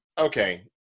okay